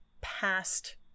past